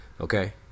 Okay